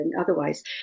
otherwise